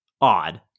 odd